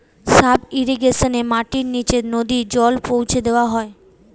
sub ইর্রিগেশনে মাটির নিচে নদী জল পৌঁছা দেওয়া হয়